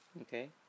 okay